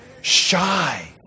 shy